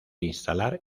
instalar